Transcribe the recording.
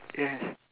yes